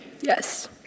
Yes